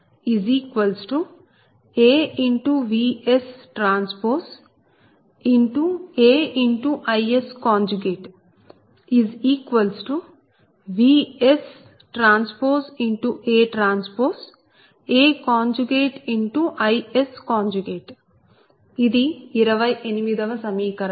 SVpTIpAVsTAIsVsTATAIs ఇది 28 వ సమీకరణం